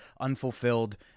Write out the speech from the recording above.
unfulfilled